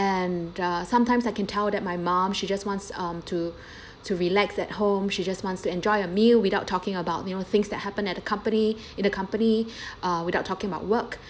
and uh sometimes I can tell that my mom she just wants um to to relax at home she just wants to enjoy a meal without talking about you know things that happened at the company in the company uh without talking about work